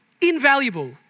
invaluable